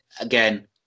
again